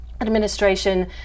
administration